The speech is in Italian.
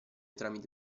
tramite